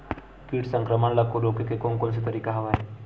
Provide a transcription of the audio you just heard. कीट संक्रमण ल रोके के कोन कोन तरीका हवय?